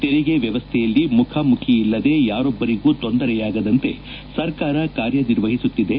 ತೆರಿಗೆ ವ್ಯವಸ್ಥೆಯಲ್ಲಿ ಮುಖಾಮುಖಿ ಇಲ್ಲದೆ ಯಾರೊಬ್ಲರಿಗೂ ತೊಂದರೆಯಾಗದಂತೆ ಸರ್ಕಾರ ಕಾರ್ಯನಿರ್ವಹಿಸುತ್ತಿದೆ